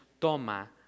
toma